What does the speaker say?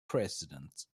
president